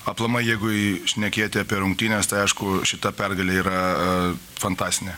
aplamai jeigu šnekėti apie rungtynes tai aišku šita pergalė yra fantastinė